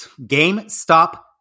GameStop